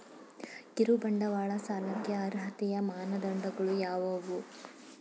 ಕಿರುಬಂಡವಾಳ ಸಾಲಕ್ಕೆ ಅರ್ಹತೆಯ ಮಾನದಂಡಗಳು ಯಾವುವು?